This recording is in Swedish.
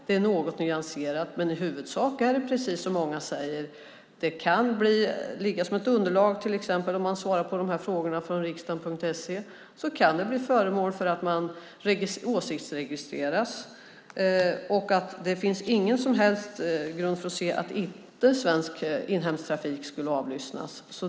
Det är något nyanserat, men i huvudsak kan det, precis som många säger, om man till exempel svarar på frågorna på riksdagen.se, bli föremål för åsiktsregistrering. Och det finns ingen som helst grund för att säga att svensk inhemsk trafik inte skulle avlyssnas.